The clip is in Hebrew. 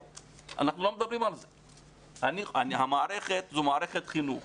זו מערכת חינוך,